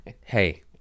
hey